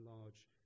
large